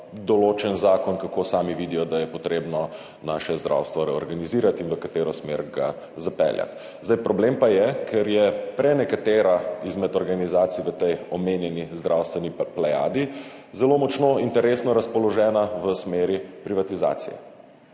določen zakon, kako sami vidijo, da je potrebno naše zdravstvo reorganizirati in v katero smer ga zapeljati. Problem pa je, ker so prenekatere izmed organizacij v tej omenjeni zdravstveni plejadi zelo močno interesno razpoložene v smeri privatizacije.